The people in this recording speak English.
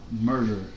murder